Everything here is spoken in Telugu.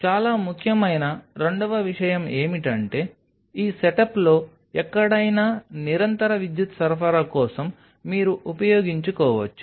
చాలా ముఖ్యమైన రెండవ విషయం ఏమిటంటే ఈ సెటప్లో ఎక్కడైనా నిరంతర విద్యుత్ సరఫరా కోసం మీరు ఉపయోగించుకోవచ్చు